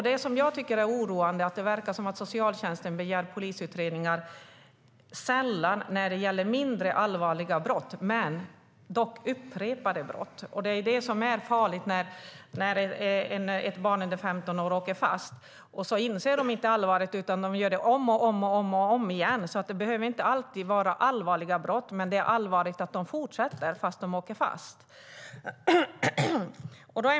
Det jag tycker är oroande är att det verkar som att socialtjänsten begär polisutredningar sällan när det gäller mindre allvarliga, dock upprepade brott. Det är detta som är farligt. Barn under 15 år åker fast utan att inse allvaret utan begår brott om och om igen. Det behöver inte alltid vara allvarliga brott, men det är allvarligt att de fortsätter fast de åker fast.